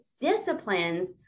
disciplines